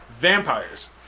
vampires